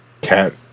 Cat